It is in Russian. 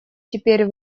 теперь